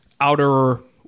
outer